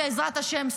בעזרת השם,